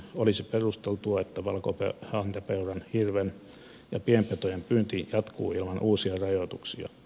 olisi perusteltua että valkohäntäpeuran hirven ja pienpetojen pyynti jatkuu ilman uusia rajoituksia